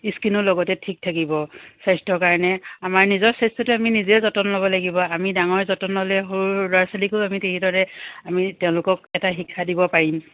স্কিনো লগতে ঠিক থাকিব স্বাস্থ্যৰ কাৰণে আমাৰ নিজৰ স্বাস্থ্যটো আমি নিজেই যত্ন ল'ব লাগিব আমি ডাঙৰ যতন ল'লে সৰু ল'ৰা ছোৱালীকো আমি তেনেদৰে আমি তেওঁলোকক এটা শিক্ষা দিব পাৰিম